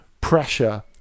pressure